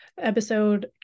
episode